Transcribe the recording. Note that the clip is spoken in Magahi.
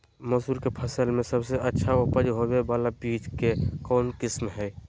मसूर के फसल में सबसे अच्छा उपज होबे बाला बीज के कौन किस्म हय?